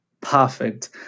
perfect